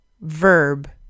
Verb